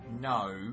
No